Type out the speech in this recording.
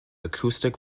acoustic